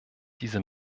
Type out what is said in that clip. diese